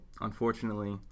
Unfortunately